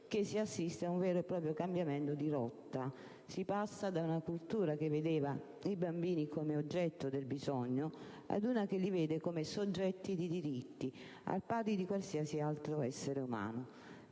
che si assiste ad un vero e proprio cambiamento di rotta: si passa da una cultura che vedeva i bambini come oggetto del bisogno ad una che li vede come soggetti di diritti, al pari di qualsiasi altro essere umano.